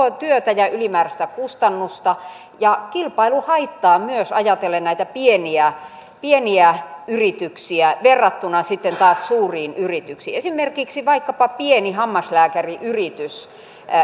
työtä ja ylimääräistä kustannusta ja myös kilpailuhaittaa ajatellen näitä pieniä pieniä yrityksiä verrattuna sitten taas suuriin yrityksiin jos esimerkiksi pieni hammaslääkäriyritys